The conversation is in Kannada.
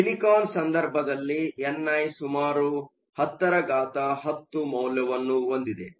ಸಿಲಿಕಾನ್ ಸಂದರ್ಭದಲ್ಲಿ ಎನ್ ಐ ಸುಮಾರು 1010 ಮೌಲ್ಯವನ್ನು ಹೊಂದಿದೆ